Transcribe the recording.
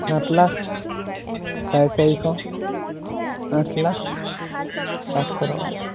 সাত লাখ চাৰে চাৰিশ আঠ লাখ পাঁচশ টকা